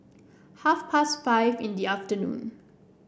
half past five in the afternoon